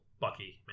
Bucky